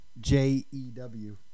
J-E-W